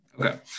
Okay